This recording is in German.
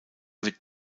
wird